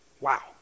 Wow